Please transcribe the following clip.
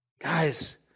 Guys